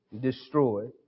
destroyed